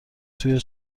توی